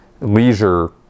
leisure